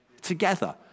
Together